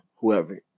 whoever